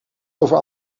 over